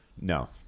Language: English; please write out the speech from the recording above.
No